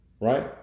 right